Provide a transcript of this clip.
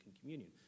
Communion